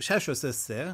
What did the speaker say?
šešios esė